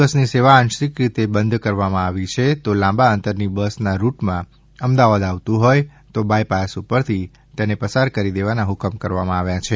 બસની સેવા આંશિક રીતે બંધ કરવામાં આવી છે તો લાંબા અંતર ની બસ ના રુટમાં અમદાવાદ આવતું હોય તો બાય પાસ ઉપરથી તેને પસાર કરી દેવાના હ્કમ કરાયા છે